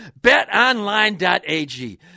Betonline.ag